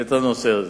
את הנושא הזה.